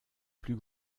plus